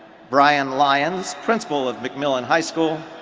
bryan lyons, principal of mcmillan high school,